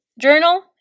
journal